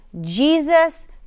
Jesus